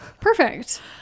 perfect